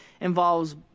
involves